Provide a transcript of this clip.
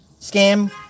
scam